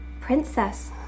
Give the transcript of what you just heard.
Princess